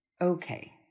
okay